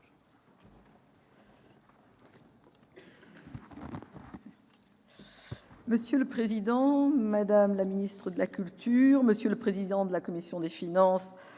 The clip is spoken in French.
Monsieur le président, madame la ministre de la culture, monsieur le président de la commission des finances,